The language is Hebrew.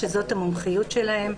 שזאת המומחיות שלהם,